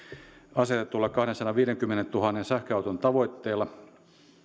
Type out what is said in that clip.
asetetulla kahdensadanviidenkymmenentuhannen sähköauton tavoitteella